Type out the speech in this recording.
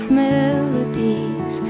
melodies